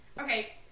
Okay